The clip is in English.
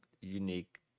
unique